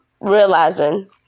realizing